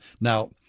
Now